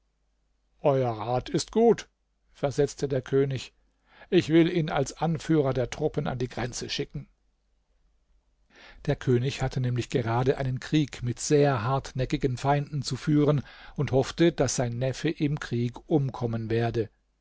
euer rat ist gut versetzte der könig ich will ihn als anführer der truppen an die grenze schicken der könig hatte nämlich gerade einen krieg mit sehr hartnäckigen feinden zu führen und hoffte daß sein neffe im krieg umkommen werde